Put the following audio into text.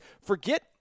forget